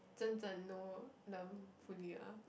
正真 know them fully ah